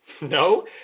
No